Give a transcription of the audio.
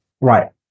right